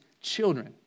children